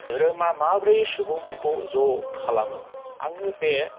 धोरोमा माब्रै सुबुंफोरखौ ज' खालामो आङो बे